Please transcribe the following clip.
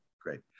great